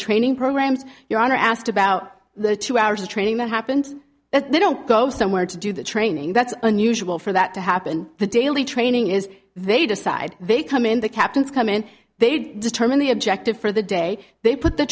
training programs your honor asked about the two hours of training that happens that they don't go somewhere to do the training that's unusual for that to happen the daily training is they decide they come in the captains come in they determine the objective for the day they put the